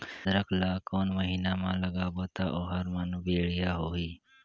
अदरक ला कोन महीना मा लगाबो ता ओहार मान बेडिया होही?